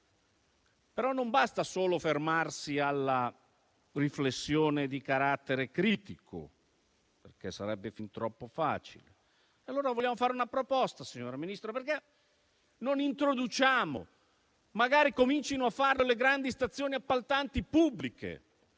Non basta però solo fermarsi alla riflessione di carattere critico, perché sarebbe fin troppo facile. Vogliamo fare una proposta, signora Ministro: perché non introduciamo - potrebbero magari cominciare a farlo le grandi stazioni appaltanti pubbliche,